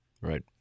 Right